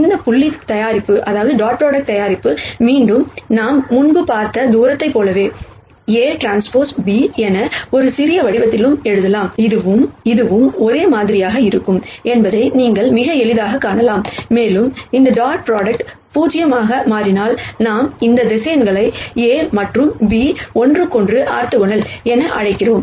இந்த புள்ளி தயாரிப்பு மீண்டும் நாம் முன்பு பார்த்த தூரத்தைப் போலவே Aᵀ B என ஒரு சிறிய வடிவத்திலும் எழுதலாம் இதுவும் இதுவும் ஒரே மாதிரியாக இருக்கும் என்பதை நீங்கள் மிக எளிதாகக் காணலாம் மேலும் இந்த டாட் ப்ராடக்ட் 0 ஆக மாறினால் நாம் இந்த வெக்டர் A மற்றும் B ஒன்றுக்கொன்று ஆர்த்தோகனல் என அழைக்கவும்